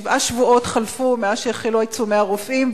שבעה שבועות חלפו מאז החלו עיצומי הרופאים,